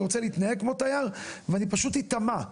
רוצה להתנהג כמו תייר ואני פשוט איטמע.